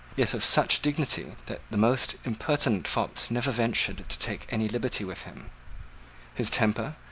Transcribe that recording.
yet of such dignity that the most impertinent fops never ventured to take any liberty with him his temper,